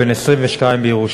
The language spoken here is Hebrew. בן 22 מירושלים,